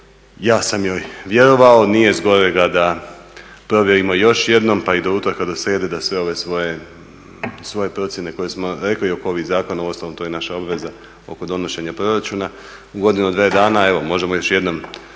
ja sam joj vjerovao. Nije zgorega da provjerimo još jednom pa i do utorka, do srijede da sve ove svoje procjene koje smo rekli oko ovih zakona, uostalom to je naša obveza, oko donošenja proračuna u godinu–dvije dana. Evo možemo još jednom